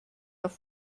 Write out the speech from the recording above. auf